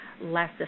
less